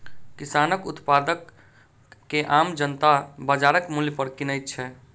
किसानक उत्पाद के आम जनता बाजारक मूल्य पर किनैत छै